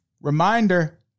Reminder